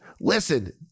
listen